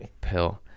pill